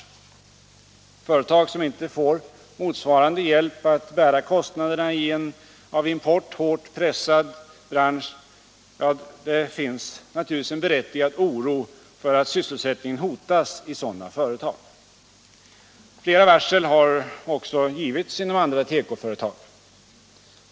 I företag som inte får motsvarande hjälp att bära kostnaderna i en av import hårt pressad bransch finns naturligtvis en berättigad oro för att sysselsättningen hotas. Flera varsel har också givits inom andra tekoföretag.